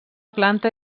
planta